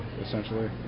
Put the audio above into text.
essentially